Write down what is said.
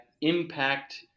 impact